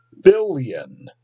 billion